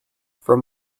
from